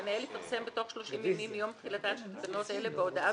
המנהל יפרסם בתוך 30 ימים מיום תחילתן של תקנות אלה בהודעה